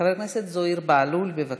חבר הכנסת זוהיר בהלול, בבקשה.